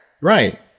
Right